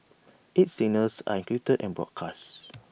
its signals are encrypted and broadcast